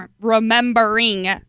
remembering